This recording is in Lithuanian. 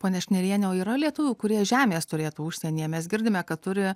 ponia šniriene o yra lietuvių kurie žemės turėtų užsienyje mes girdime kad turi